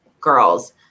girls